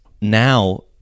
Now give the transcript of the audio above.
now